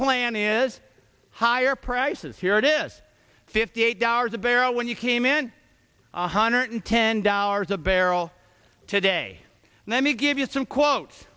plan is higher prices here it is fifty eight dollars a barrel when you came in one hundred ten dollars a barrel today let me give you some quotes